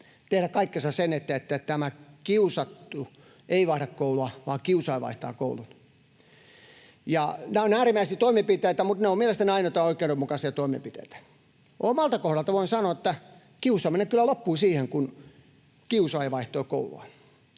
tehdä kaikkensa sen eteen, että kiusattu ei vaihda koulua vaan kiusaaja vaihtaa koulua. Nämä ovat äärimmäisiä toimenpiteitä, mutta ne ovat mielestäni ainoita oikeudenmukaisia toimenpiteitä. Omalta kohdaltani voin sanoa, että kiusaaminen kyllä loppui siihen, kun kiusaaja vaihtoi koulua.